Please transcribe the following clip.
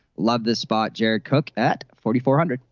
love this spot. jared cook at forty four hundred